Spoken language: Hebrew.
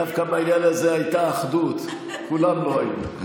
דווקא בעניין הזה הייתה אחדות, כולם לא היו.